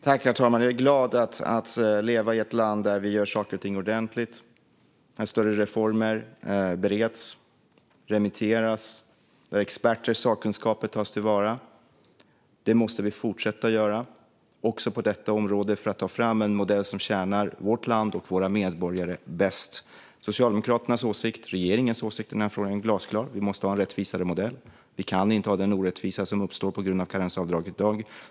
Herr talman! Jag är glad över att leva i ett land där vi gör saker och ting ordentligt, där större reformer bereds, remitteras och experters sakkunskaper tas till vara. Det måste vi fortsätta att göra också på detta område för att ta fram en modell som tjänar vårt land och våra medborgare bäst. Socialdemokraternas åsikt och regeringens åsikt i denna fråga är glasklar, nämligen att vi måste ha en rättvisare modell. Vi kan inte ha den orättvisa som uppstår på grund av karensavdraget.